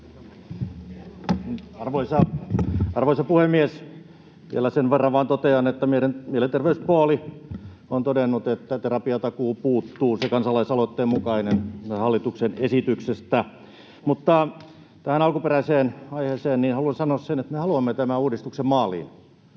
Arvoisa puhemies! Vielä sen verran vain totean, että meidän mielenterveyspuoli on todennut, että terapiatakuu puuttuu, se kansa- laisaloitteen mukainen, hallituksen esityksestä. Mutta tähän alkuperäiseen aiheeseen haluan sanoa sen, että me haluamme tämän uudistuksen maaliin